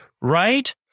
right